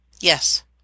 Yes